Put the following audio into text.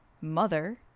Mother